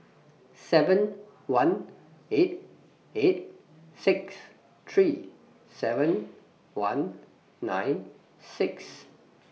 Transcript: seven one eight eight six three seven one nine six